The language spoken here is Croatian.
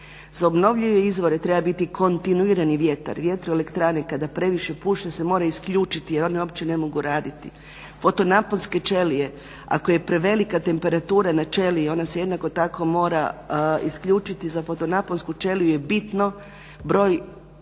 Za obnovljive izvore treba biti kontinuirani vjetar. Vjertroelektrane kada previše puše se mora isključiti jer one uopće ne mogu raditi. fotonaponske ćelije ako je prevelika temperatura na ćeliji ona se jednako tako mora isključiti. Za fotonaponsku ćeliju je bitno broj dana